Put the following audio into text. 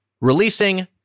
releasing